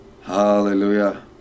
Hallelujah